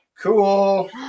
Cool